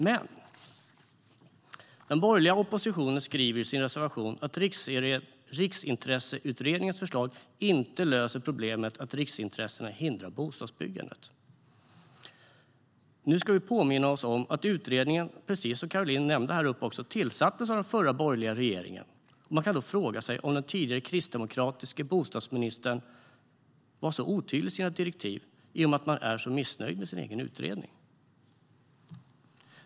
Men den borgerliga oppositionen skriver i sin reservation att Riksintresseutredningens förslag inte löser problemet att riksintressena hindrar bostadsbyggandet. Nu ska vi påminna oss om att utredningen - precis som Caroline Szyber nämnde i talarstolen - tillsattes av den förra borgerliga regeringen. Man kan då fråga sig om den tidigare kristdemokratiske bostadsministern var otydlig i sina direktiv i och med att man är så missnöjd med sin egen utredning.